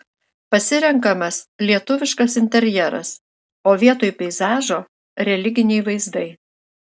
pasirenkamas lietuviškas interjeras o vietoj peizažo religiniai vaizdai